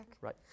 Right